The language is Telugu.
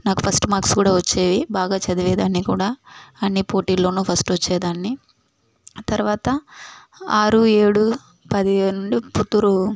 నాకు ఫస్ట్ మార్క్సు కూడా వచ్చేవి బాగా చదివేదాన్ని కూడా అన్ని పోటీల్లోనూ ఫస్ట్ వచ్చే దాన్ని తర్వాత ఆరు ఏడు పది నుండి పుత్తూరు